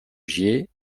gier